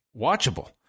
Watchable